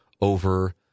over